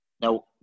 now